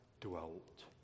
dwelt